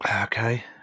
Okay